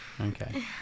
Okay